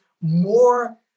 more